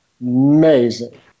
amazing